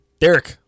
Derek